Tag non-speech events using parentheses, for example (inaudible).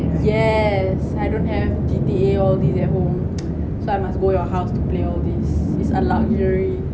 yes I don't have G_T_A all this at home (noise) so I must go your house to play all this is a luxury